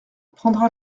prendras